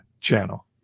channel